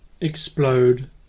explode